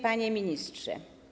Panie Ministrze!